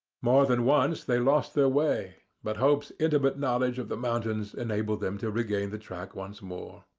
more than once they lost their way, but hope's intimate knowledge of the mountains enabled them to regain the track once more.